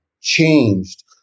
changed